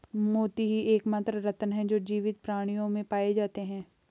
मोती ही एकमात्र रत्न है जो जीवित प्राणियों में पाए जाते है